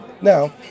Now